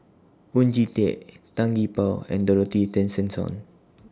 Oon Jin Teik Tan Gee Paw and Dorothy Tessensohn